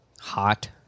hot